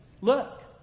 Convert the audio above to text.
Look